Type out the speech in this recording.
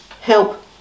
help